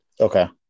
Okay